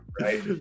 right